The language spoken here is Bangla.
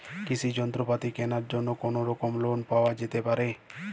কৃষিযন্ত্রপাতি কেনার জন্য কোনোরকম লোন পাওয়া যেতে পারে?